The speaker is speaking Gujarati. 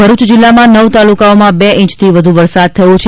ભરૂચ જિલ્લામાં નવ તાલુકાઓમાં બે ઇંચથી વધુ વરસાદ થયો છે